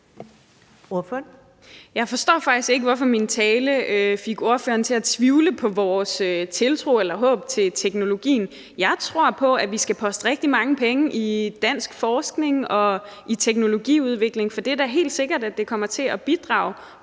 Jeg forstår faktisk ikke, hvorfor min tale fik ordføreren til at tvivle på vores tiltro til eller håb i forhold til teknologien. Jeg tror på, at vi skal poste rigtig mange penge i dansk forskning og i teknologiudvikling, for det er da helt sikkert, at det kommer til at bidrage